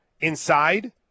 inside